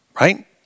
right